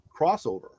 crossover